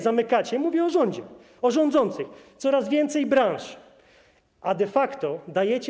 Zamykacie - mówię o rządzie, o rządzących - coraz więcej branż, a co dajecie?